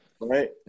Right